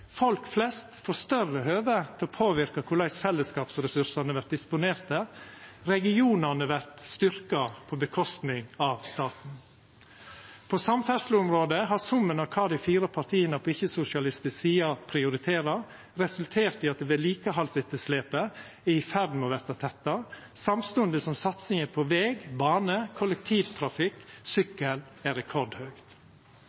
Folk flest får større høve til å påverka korleis fellesskapsressursane vert disponerte. Regionane vert styrkte på statens kostnad. På samferdsleområdet har summen av kva dei fire partia på ikkje-sosialistisk side prioriterer, resultert i at vedlikehaldsetterslepet er i ferd med å verta tetta, samstundes som satsinga på veg, bane, kollektivtrafikk